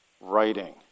writing